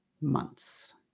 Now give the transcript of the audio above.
months